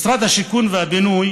משרד השיכון והבינוי